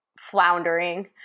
floundering